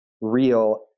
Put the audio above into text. real